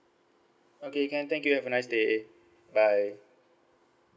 okay can thank you have a nice day bye